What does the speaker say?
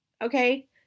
okay